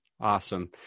Awesome